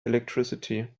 electricity